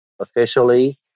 officially